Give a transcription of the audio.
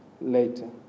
later